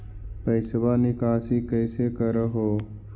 पैसवा निकासी कैसे कर हो?